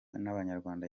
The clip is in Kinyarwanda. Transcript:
n’abanyarwanda